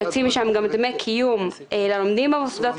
יוצאים משם גם דמי קיום ללומדים במוסדות